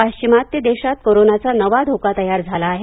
पाश्चिमात्य देशात कोरोनाचा नवा धोका तयार झाला आहे